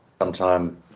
sometime